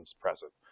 present